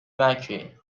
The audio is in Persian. مکه